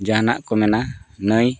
ᱡᱟᱦᱟᱱᱟᱜ ᱠᱚ ᱢᱮᱱᱟ ᱱᱟᱹᱭ